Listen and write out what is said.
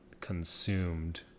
consumed